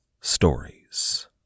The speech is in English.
stories